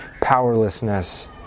powerlessness